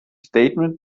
statement